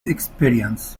experience